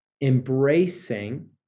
embracing